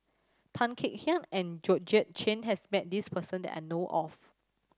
Tan Kek Hiang and Georgette Chen has met this person that I know of